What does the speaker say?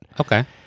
Okay